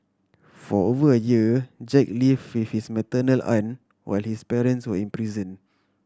for over a year Jack live with his maternal aunt while his parents were in prison